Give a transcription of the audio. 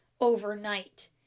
overnight